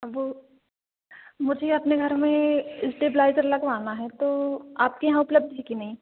वो मुझे अपने घर में इस्टेब्लाइज़र लगवाना है तो आपके यहाँ उपलब्ध है कि नहीं